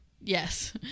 Yes